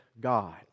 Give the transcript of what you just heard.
God